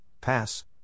Pass